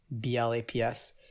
b-l-a-p-s